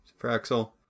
Fraxel